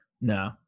No